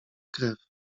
krew